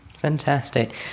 Fantastic